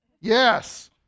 Yes